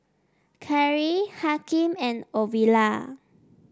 Kyree Hakim and Ovila